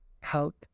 help